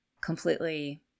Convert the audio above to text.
completely